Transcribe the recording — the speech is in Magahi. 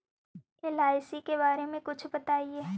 एल.आई.सी के बारे मे कुछ बताई?